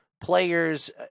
players